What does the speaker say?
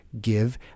give